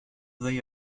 they